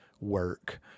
work